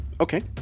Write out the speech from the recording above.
Okay